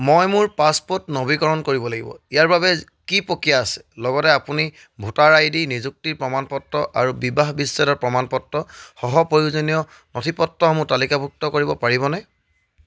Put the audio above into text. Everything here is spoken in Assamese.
মই মোৰ পাছপোৰ্ট নৱীকৰণ কৰিব লাগিব ইয়াৰ বাবে কি প্ৰক্ৰিয়া আছে লগতে আপুনি ভোটাৰ আইডি নিযুক্তিৰ প্ৰমাণপত্ৰ আৰু বিবাহ বিচ্ছেদৰ প্ৰমাণপত্ৰ সহ প্ৰয়োজনীয় নথিপত্ৰসমূহ তালিকাভুক্ত কৰিব পাৰিবনে